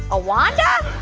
a wanda?